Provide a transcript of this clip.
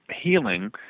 healing